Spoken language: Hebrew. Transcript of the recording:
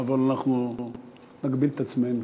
אבל אנחנו נגביל את עצמנו.